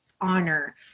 honor